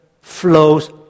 flows